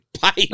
pipe